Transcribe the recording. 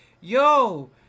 Yo